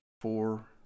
four